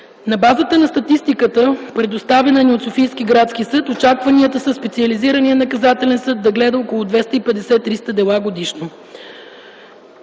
На базата на статистиката, предоставена от Софийския градски съд, очакванията са Специализираният наказателен съд да гледа около 250-300 дела годишно.